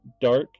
Dark